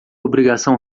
obrigação